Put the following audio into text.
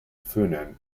funan